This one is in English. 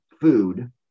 food